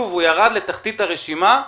ירדה לתחתית הרשימה.